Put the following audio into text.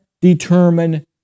determine